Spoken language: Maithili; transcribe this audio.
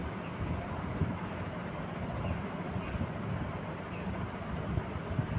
मांग मसौदा रो पैसा खाताधारिये के खाता मे जमा हुवै पारै